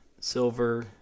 silver